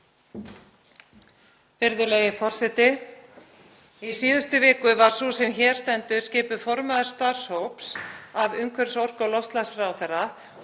Virðulegi forseti. Í síðustu viku var sú sem hér stendur skipuð formaður starfshóps af umhverfis-, orku- og loftslagsráðherra